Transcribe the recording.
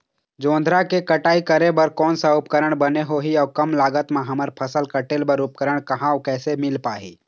जोंधरा के कटाई करें बर कोन सा उपकरण बने होही अऊ कम लागत मा हमर फसल कटेल बार उपकरण कहा अउ कैसे मील पाही?